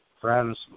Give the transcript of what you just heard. Friends